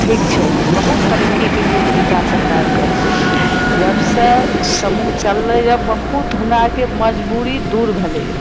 ठीक छै बहुत तरक्कीके लिए जीबिका से हमरा आरके जब से समूह चललै यऽ बहुत हमरा आरके मजबूरी दूर भेलैए